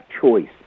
choice